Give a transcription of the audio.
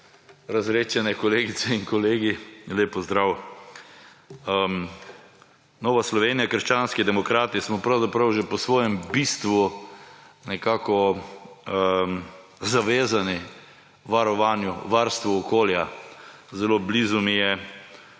razredčene kolegice in kolegi, lep pozdrav! Nova Slovenija – krščanski demokrati smo že po svojem bistvu nekako zavezani varstvu okolja. Zelo blizu mi je